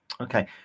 Okay